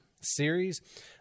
series